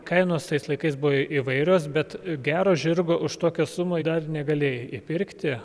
kainos tais laikais buvo įvairios bet gero žirgo už tokią sumą dar negalėjai įpirkti